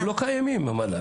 הם לא קיימים, המל"ג.